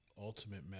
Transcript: ultimate